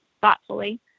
thoughtfully